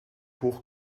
hoch